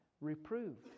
reproved